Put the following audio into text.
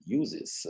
uses